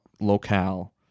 locale